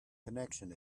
connection